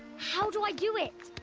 how do i do it?